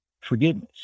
forgiveness